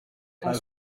cent